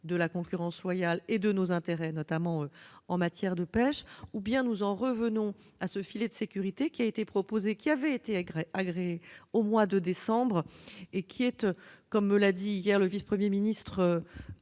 la concurrence loyale et nos intérêts, notamment en matière de pêche, ou bien nous en revenons au filet de sécurité qui avait été agréé au mois de décembre et qui est, comme me le confiait hier le vice-premier ministre